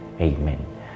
Amen